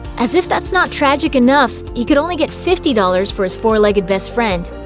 as if that's not tragic enough, he could only get fifty dollars for his four-legged best friend.